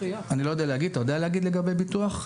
האם אתה יודע להגיד לגבי ביטוח?